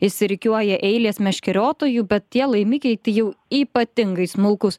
išsirikiuoja eilės meškeriotojų bet tie laimikiai jau ypatingai smulkūs